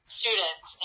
students